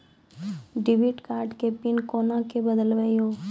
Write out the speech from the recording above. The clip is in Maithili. डेबिट कार्ड के पिन कोना के बदलबै यो?